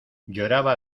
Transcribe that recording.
lloraba